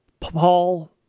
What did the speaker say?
Paul